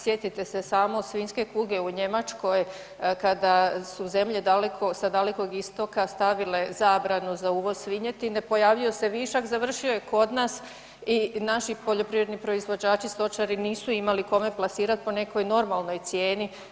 Sjetite se samo svinjske kuge u Njemačkoj kada su zemlje sa Dalekog Istoga stavile zabranu za uvoz svinjetine, pojavio se višak, završio je kod nas i naši poljoprivredni proizvođači stočari nisu imali kome plasirati po nekoj normalnoj cijeni.